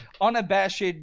unabashed